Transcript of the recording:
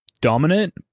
Dominant